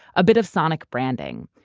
a bit of sonic branding.